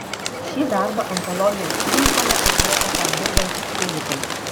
šį darbą onkologijos klinikoje atlieka ten dirbantys fizikai